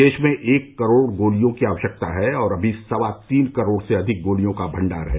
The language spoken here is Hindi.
देश में एक करोड़ गोलियों की आवश्यकता है और अभी सवा तीन करोड़ से अधिक गोलियों का भण्डार है